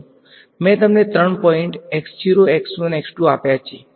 મેં તમને ત્રણ પોઈન્ટ આપ્યા છે ઠીક છે